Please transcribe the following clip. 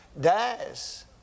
dies